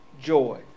joy